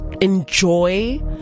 enjoy